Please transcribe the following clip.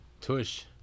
tush